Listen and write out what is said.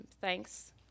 thanks